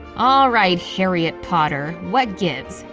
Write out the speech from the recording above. alright, harry-ette potter, what gives?